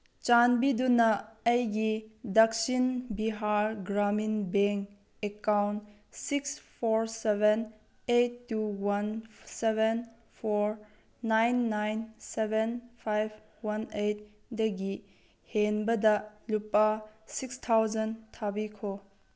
ꯆꯥꯟꯕꯤꯗꯨꯅ ꯑꯩꯒꯤ Dakshin Bihar Gramin bank account six four seven eight two one seven four nine nine seven five one ꯑꯩꯠꯗꯒꯤ ꯍꯦꯟꯕꯗ ꯂꯨꯄꯥ ꯁꯤꯛꯁ ꯊꯥꯎꯖꯟ ꯊꯥꯕꯤꯈꯣ